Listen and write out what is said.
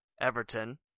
Everton